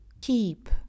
Keep